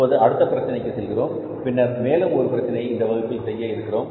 இப்போது அடுத்த பிரச்சினைக்கு செல்கிறோம் பின்னர் மேலும் ஒரு பிரச்சனையை இந்த வகுப்பில் செய்ய இருக்கிறோம்